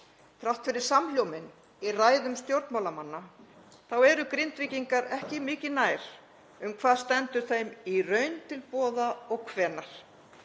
Þrátt fyrir samhljóminn í ræðum stjórnmálamanna eru Grindvíkingar ekki mikið nær um hvað stendur þeim í raun til boða og hvenær.